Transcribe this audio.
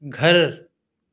گھر